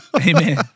Amen